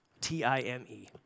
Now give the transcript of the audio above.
T-I-M-E